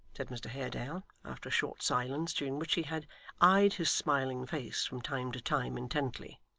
said mr haredale, after a short silence, during which he had eyed his smiling face from time to time intently,